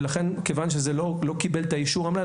לכן כיוון שזה לא קיבל את האישור המלא,